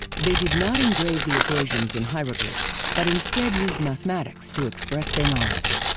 they did not engrave the equations in hieroglyphs, but instead used mathematics to express their knowledge.